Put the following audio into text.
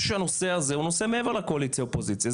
שהנושא הזה הוא נושא שהוא מעבר לקואליציה אופוזיציה,